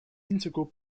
integral